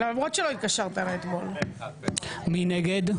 מי נגד?